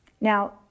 Now